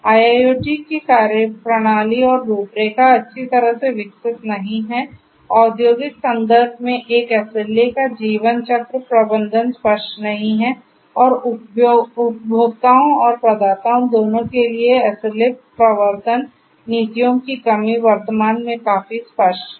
IIoT की कार्यप्रणाली और रूपरेखा अच्छी तरह से विकसित नहीं है औद्योगिक संदर्भ में एक SLA का जीवन चक्र प्रबंधन स्पष्ट नहीं है और उपभोक्ताओं और प्रदाताओं दोनों के लिए SLA प्रवर्तन नीतियों की कमी वर्तमान में काफी स्पष्ट है